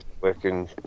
working